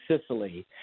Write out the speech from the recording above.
Sicily